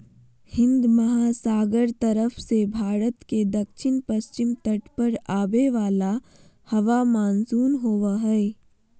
हिन्दमहासागर तरफ से भारत के दक्षिण पश्चिम तट पर आवे वाला हवा मानसून होबा हइ